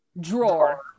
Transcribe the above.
Drawer